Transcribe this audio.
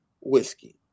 whiskey